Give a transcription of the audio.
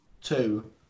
Two